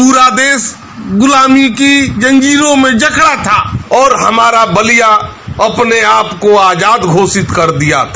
पूरा देश गुलामी की जंजीरों में जकड़ा था और हमारा बलिया अपने आपको आजाद घोषित कर दिया था